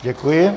Děkuji.